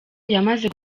yamaze